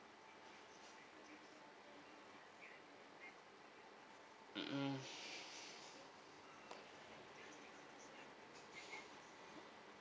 mmhmm